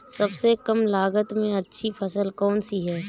सबसे कम लागत में अच्छी फसल कौन सी है?